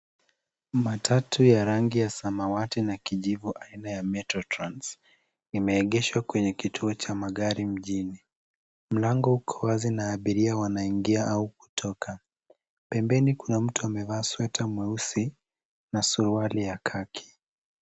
Matatu ya rangi ya samawati na kijivu aina ya metro trans imeegeshwa kwenye kituo cha magari mjini. Mlango uko wazi na abiria wanaingia au kutoka. Pembeni kuna mtu ambaye amevaa sweta mweusi na suruali ya khaki.